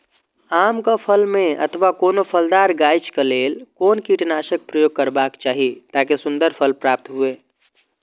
आम क फल में अथवा कोनो फलदार गाछि क लेल कोन कीटनाशक प्रयोग करबाक चाही ताकि सुन्दर फल प्राप्त हुऐ?